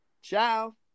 Ciao